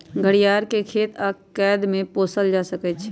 घरियार के खेत आऽ कैद में पोसल जा सकइ छइ